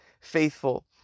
faithful